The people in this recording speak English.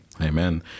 Amen